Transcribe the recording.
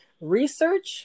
Research